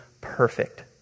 perfect